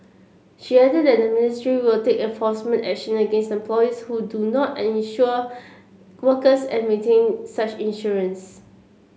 she added that the ministry will take enforcement action against employees who do not and insure workers and maintain such insurance